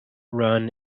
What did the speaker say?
run